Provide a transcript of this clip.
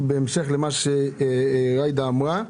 בהמשך למה שג'ידא אמרה,